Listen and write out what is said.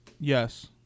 Yes